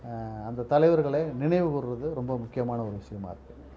அந்த தலைவர்களே நினைவு கூர்வது ரொம்ப முக்கியமான ஒரு விஷயமாக இருக்குது